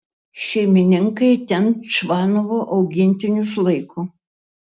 šeimininkai ten čvanovo augintinius laiko